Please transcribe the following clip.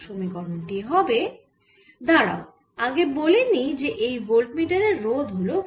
সমীকরণ টি হবে দাঁড়াও তার আগে বলে নিই যে এই ভোল্ট মিটারের রোধ হল R